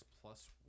plus